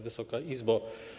Wysoka Izbo!